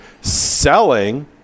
selling